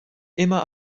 immer